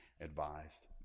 advised